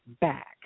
back